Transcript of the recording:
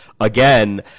again